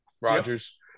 Rodgers